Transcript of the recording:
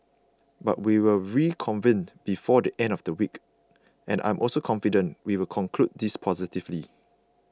but we will reconvene before the end of the week and I am also confident we will conclude this positively